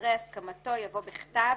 אחרי "הסכמתו" יבוא "בכתב"